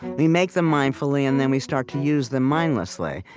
we make them mindfully, and then we start to use them mindlessly,